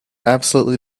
absolutely